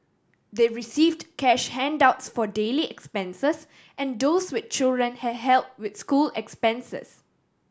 they received cash handouts for daily expenses and those with children had help with school expenses